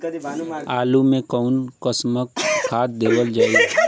आलू मे कऊन कसमक खाद देवल जाई?